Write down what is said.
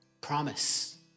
promise